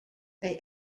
they